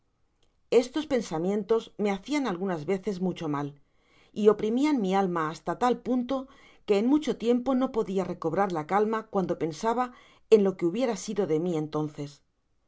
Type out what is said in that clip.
estos peftsamientos me hacian algunas veces muoho mal y oprimian mi alma hasta tal punto que en mucho tiempo no podia recobrar la calma cuando pedsaba en lo que hubiera sido de mi entonces